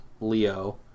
Leo